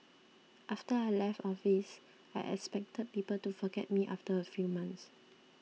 after I left office I expected people to forget me after a few months